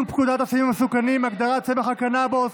פקודת הסמים המסוכנים (הגדרת צמח הקנבוס,